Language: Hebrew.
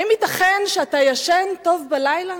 האם ייתכן שאתה ישן טוב בלילה?